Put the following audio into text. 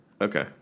Okay